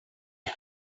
are